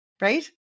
Right